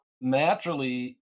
naturally